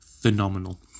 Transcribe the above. phenomenal